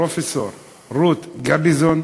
פרופסור רות גביזון,